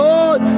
Lord